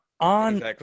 On